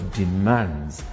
demands